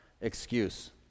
excuse